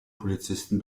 polizisten